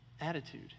attitude